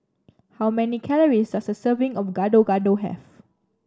how many calories does a serving of Gado Gado have